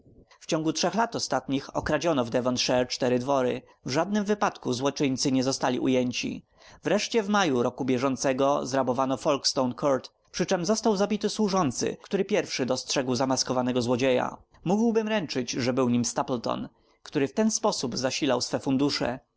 w ciągu trzech lat ostatnich okradziono w devonshire cztery dwory w żadnym wypadku złoczyńcy nie zostali ujęci wreszcie w maju roku bieżącego zrabowano folkstone court przyczem został zabity służący który pierwszy dostrzegł zamaskowanego złodzieja mógłbym ręczyć że był nim stapleton który w ten sposób zasilał swe fundusze